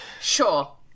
sure